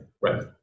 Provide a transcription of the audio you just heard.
right